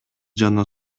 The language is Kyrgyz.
жана